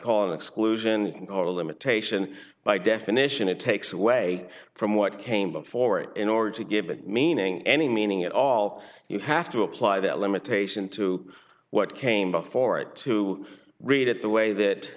call an exclusion or a limitation by definition it takes away from what came before it in order to give it meaning any meaning at all you have to apply that limitation to what came before it to read it the way that